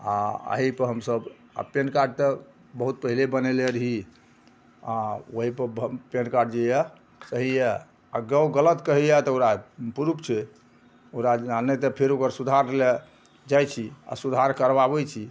आओर अहिपर हमसभ आओर पेनकार्ड तऽ बहुत पहिने बनेले रही आ ओओर ओइपर पेनकार्ड जे यऽ सही यऽ या गउ गलत कहैय तऽ ओकरा प्रूफ छै ओकरा आओर नहि तऽ फेर ओकर सुधार लए जाइ छी आओर सुधार करबाबय छी